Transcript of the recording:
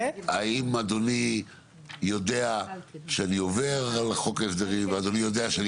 האם אדוני יודע שאני עובר על חוק ההסדרים ואדוני יודע שאני